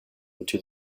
into